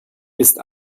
ist